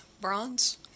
bronze